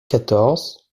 quatorze